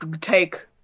take